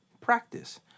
practice